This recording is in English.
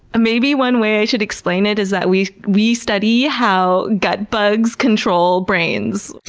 maybe one way i should explain it is that we we study how gut bugs control brains.